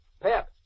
Pep